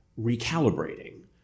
recalibrating